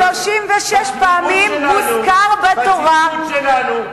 מוזכר בתורה,